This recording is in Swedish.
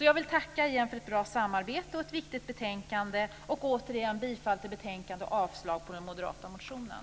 Jag vill tacka igen för ett bra samarbete och ett viktigt betänkande. Jag yrkar återigen bifall till utskottets förslag i betänkandet och avslag på den moderata reservationen.